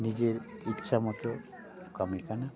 ᱱᱤᱡᱮᱨ ᱤᱪᱪᱷᱟᱹ ᱢᱚᱛᱚ ᱠᱟᱹᱢᱤ ᱠᱟᱱᱟ